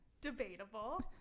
Debatable